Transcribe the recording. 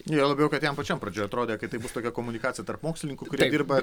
juo labiau kad jam pačiam pradžioj atrodė kad tai bus tokia komunikacija tarp mokslininkų kurie dirba